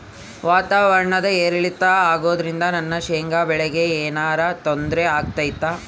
ವಾತಾವರಣ ಏರಿಳಿತ ಅಗೋದ್ರಿಂದ ನನ್ನ ಶೇಂಗಾ ಬೆಳೆಗೆ ಏನರ ತೊಂದ್ರೆ ಆಗ್ತೈತಾ?